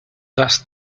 thus